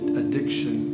addiction